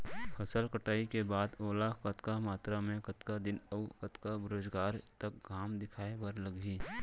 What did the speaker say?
फसल कटाई के बाद ओला कतका मात्रा मे, कतका दिन अऊ कतका बेरोजगार तक घाम दिखाए बर लागही?